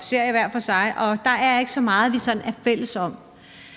serier hver for sig f.eks. på Netflix, og der er ikke så meget, vi er fælles om,